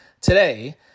today